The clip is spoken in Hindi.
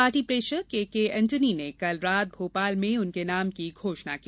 पार्टी प्रेक्षक ए के एंटनी ने कल रात भोपाल में उनके नाम की घोषणा की